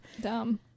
Dumb